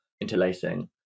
interlacing